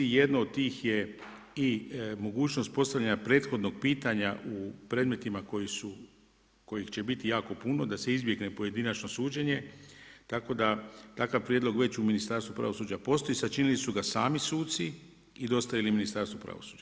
Jedno od tih je i mogućnost postavljanja prethodnog pitanja u predmetima kojih će biti jako puno, da se izbjegne pojedinačno suđenje, tako da takav prijedlog već u Ministarstvu pravosuđa postoji, sačinili su ga sami suci i dostavili Ministarstvu pravosuđa.